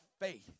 faith